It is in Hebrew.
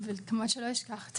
וכמובן שלא אשכח,